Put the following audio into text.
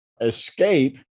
escape